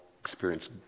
experience